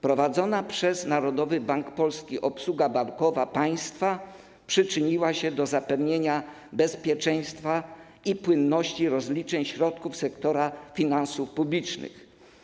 Prowadzona przez Narodowy Bank Polski obsługa bankowa państwa przyczyniła się do zapewnienia bezpieczeństwa i płynności rozliczeń środków sektora finansów publicznych.